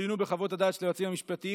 שצוינו בחוות הדעת של היועצים המשפטיים,